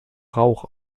rauch